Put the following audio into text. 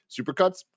Supercuts